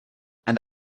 and